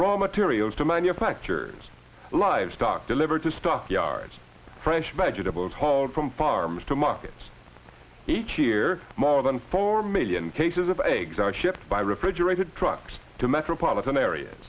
raw materials to manufacturers livestock delivered to stock yards fresh vegetables hauled from farms to markets each year more than four million cases of eggs are shipped by refrigerated trucks to metropolitan area